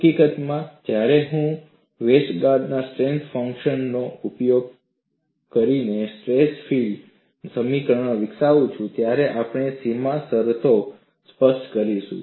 હકીકતમાં જ્યારે હું વેસ્ટરગાર્ડના સ્ટ્રેસ ફંક્શન Westergaard's stress functionનો ઉપયોગ કરીને સ્ટ્રેસ ફીલ્ડ સમીકરણો વિકસાવું છું ત્યારે આપણે સીમા શરતો સ્પષ્ટ કરીશું